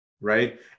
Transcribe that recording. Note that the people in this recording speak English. right